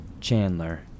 Chandler